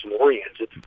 oriented